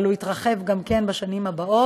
אבל הוא יתרחב גם כן בשנים הבאות.